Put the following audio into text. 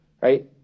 right